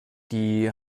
die